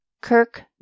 Kirk